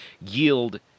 yield